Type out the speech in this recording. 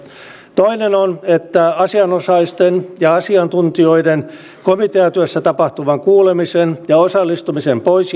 toinen on että asianosaisten ja asiantuntijoiden komiteatyössä tapahtuvan kuulemisen ja osallistumisen pois